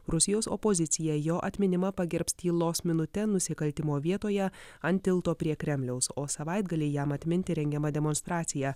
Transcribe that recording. rusijos opozicija jo atminimą pagerbs tylos minute nusikaltimo vietoje ant tilto prie kremliaus o savaitgalį jam atminti rengiama demonstracija